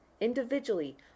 individually